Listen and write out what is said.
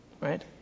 right